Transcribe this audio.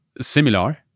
similar